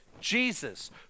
Jesus